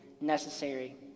necessary